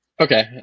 Okay